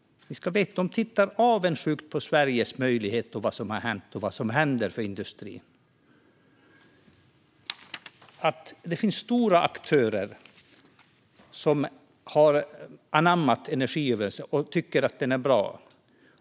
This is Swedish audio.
Dessa länder tittar avundsjukt på Sveriges möjligheter och det som har hänt och händer för industrin. Det finns stora aktörer som har anammat energiöverenskommelsen och tycker att den är bra.